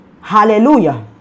Hallelujah